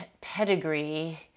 pedigree